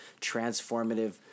transformative